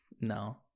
no